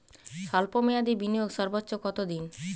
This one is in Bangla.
স্বল্প মেয়াদি বিনিয়োগ সর্বোচ্চ কত দিন?